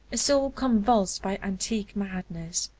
a soul convulsed by antique madness,